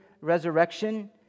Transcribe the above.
resurrection